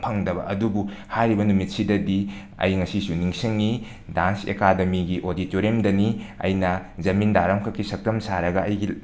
ꯑꯗꯨꯕꯨ ꯍꯥꯏꯔꯤꯕ ꯅꯨꯃꯤꯠꯁꯤꯗꯗꯤ ꯑꯩ ꯉꯁꯤꯁꯨ ꯅꯤꯡꯁꯤꯡꯉꯤ ꯗꯥꯟꯁ ꯑꯦꯀꯥꯗꯦꯃꯤꯒꯤ ꯑꯣꯗꯤꯇꯣꯔꯤꯌꯝꯗꯅꯤ ꯑꯩꯅ ꯖꯃꯤꯟꯗꯥꯔ ꯑꯃ ꯈꯛꯀꯤ ꯁꯛꯇꯝ ꯁꯥꯔꯒ ꯑꯩꯒꯤ